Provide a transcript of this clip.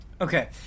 okay